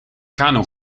kano